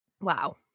Wow